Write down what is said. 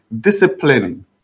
disciplining